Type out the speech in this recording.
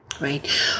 Right